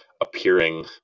appearing